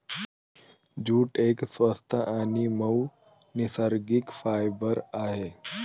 jute एक स्वस्त आणि मऊ नैसर्गिक फायबर आहे